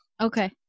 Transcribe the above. okay